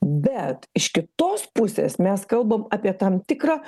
bet iš kitos pusės mes kalbam apie tam tikrą